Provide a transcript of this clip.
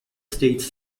states